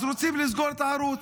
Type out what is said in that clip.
אז רוצים לסגור את הערוץ.